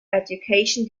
education